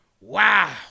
Wow